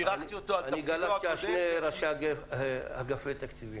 בירכתי אותו --- אני גלשתי על שני ראשי אגפי תקציבים.